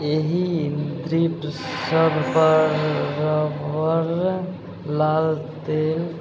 एहि सब पर